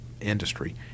industry